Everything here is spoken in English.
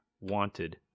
wanted